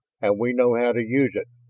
and we know how to use it.